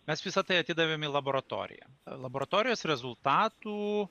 mes visa tai atidavėm į laboratoriją laboratorijos rezultatų